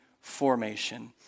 formation